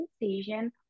decision